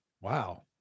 Wow